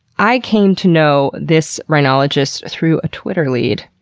i came to know this rhinologist through a twitter lead.